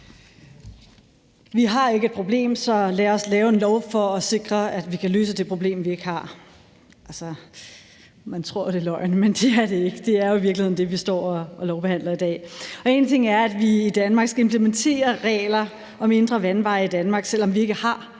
Vi har ikke et problem – så lad os lave en lov for at sikre, at vi kan løse det problem, vi ikke har! Altså, man tror jo, det er løgn, men det er det ikke. Det er i virkeligheden det, vi står og lovbehandler i dag. Og én ting er, at vi skal implementere regler om indre vandveje i Danmark, selv om vi ikke har